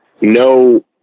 no